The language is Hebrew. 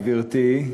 גברתי,